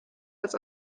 als